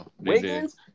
Wiggins